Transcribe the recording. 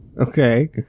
okay